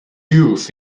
youth